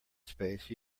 space